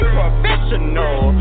professional